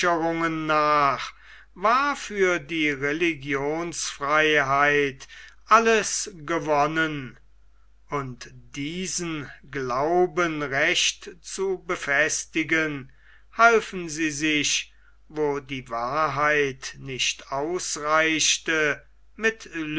nach war für die religionsfreiheit alles gewonnen und diesen glauben recht zu befestigen halfen sie sich wo die wahrheit nicht ausreichte mit